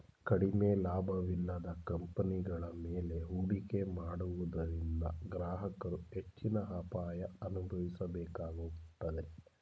ಕಡಿಮೆ ಲಾಭವಿಲ್ಲದ ಕಂಪನಿಗಳ ಮೇಲೆ ಹೂಡಿಕೆ ಮಾಡುವುದರಿಂದ ಗ್ರಾಹಕರು ಹೆಚ್ಚಿನ ಅಪಾಯ ಅನುಭವಿಸಬೇಕಾಗುತ್ತದೆ